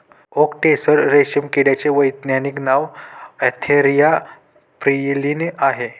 okay tasar रेशीम किड्याचे वैज्ञानिक नाव अँथेरिया प्रियलीन आहे